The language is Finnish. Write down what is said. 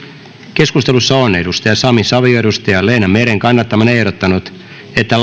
keskustelussa on sami savio leena meren kannattamana ehdottanut että